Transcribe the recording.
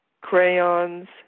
Crayons